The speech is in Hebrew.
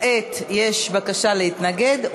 כעת יש בקשה להתנגד,